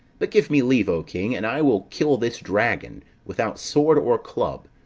but give me leave, o king, and i will kill this dragon without sword or club.